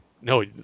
no